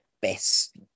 best